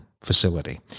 facility